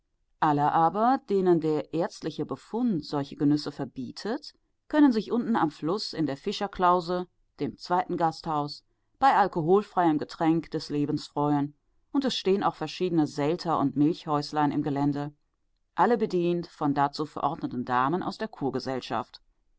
alle aber denen der ärztliche befund solche genüsse verbietet können sich unten am fluß in der fischerklause dem zweiten gasthaus bei alkoholfreiem getränk des lebens freuen und es stehen auch verschiedene selter und milchhäuslein im gelände alle bedient von dazu verordneten damen aus der